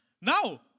Now